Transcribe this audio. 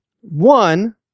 One